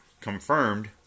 confirmed